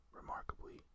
Remarkably